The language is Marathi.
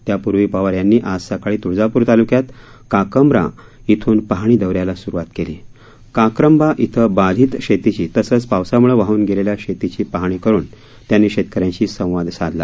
त्यापूर्वी पवार यांनी आज सकाळी तुळजापूर तालुक्यात काक्रंबा इथून पाहणी दौऱ्याला सुरुवात केली काक्रंबा इथं बाधित शेतीची तसंच पावसामुळे वाहन गेलेल्या शेताची पाहणी करून त्यांनी शेतकऱ्यांशी संवाद साधला